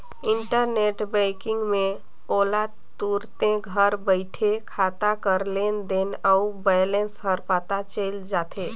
internet banking में ओला तुरते घर बइठे खाता कर लेन देन अउ बैलेंस हर पता चइल जाथे